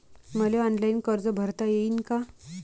मले ऑनलाईन कर्ज भरता येईन का?